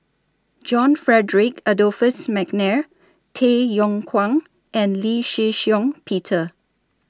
John Frederick Adolphus Mcnair Tay Yong Kwang and Lee Shih Shiong Peter